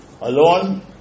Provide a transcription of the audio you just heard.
alone